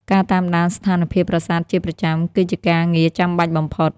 ការតាមដានស្ថានភាពប្រាសាទជាប្រចាំ គឺជាការងារចាំបាច់បំផុត។